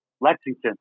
Lexington